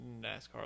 NASCAR